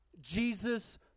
Jesus